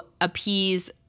appease